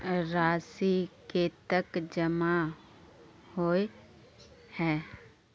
राशि कतेक जमा होय है?